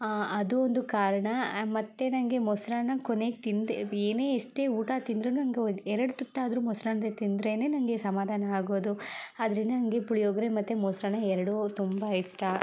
ಅದೂ ಒಂದು ಕಾರಣ ಮತ್ತು ನನಗೆ ಮೊಸರನ್ನ ಕೊನೆಗೆ ತಿಂದೆ ಏನೇ ಎಷ್ಟೇ ಊಟ ತಿಂದರೂ ನಂಗೆ ಎರಡು ತುತ್ತಾದರೂ ಮೊಸರನ್ನ ತಿಂದ್ರೆ ನನಗೆ ಸಮಾಧಾನ ಆಗೋದು ಆದ್ದರಿಂದ ನನಗೆ ಪುಳಿಯೋಗರೆ ಮತ್ತು ಮೊಸರನ್ನ ಎರಡೂ ತುಂಬ ಇಷ್ಟ